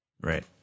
right